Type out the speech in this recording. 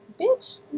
bitch